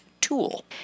tool